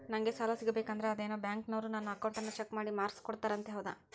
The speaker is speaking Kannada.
ನಂಗೆ ಸಾಲ ಸಿಗಬೇಕಂದರ ಅದೇನೋ ಬ್ಯಾಂಕನವರು ನನ್ನ ಅಕೌಂಟನ್ನ ಚೆಕ್ ಮಾಡಿ ಮಾರ್ಕ್ಸ್ ಕೋಡ್ತಾರಂತೆ ಹೌದಾ?